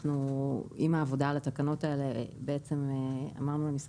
עם העבודה על התקנות האלה אמרנו למשרד